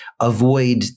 avoid